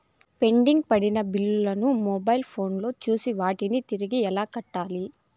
pending పడిన బిల్లులు ను మొబైల్ ఫోను లో చూసి వాటిని తిరిగి ఎలా కట్టాలి